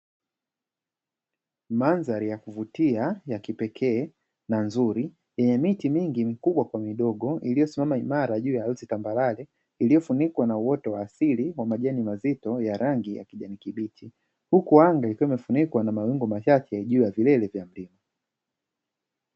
Mandhari ya kuvutia, ya kipekee na nzuri yenye miti mingi mikubwa kwa midogo iliyosimama imara juu ya ardhi tambarare, iliyofunnikwa na uoto wa asili wa majani mazito ya rangi ya kijani kibichi, huku anga ikiwa imefunikwa na mawingu machache juu ya kilele cha mlima.